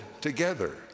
together